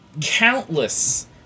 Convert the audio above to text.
countless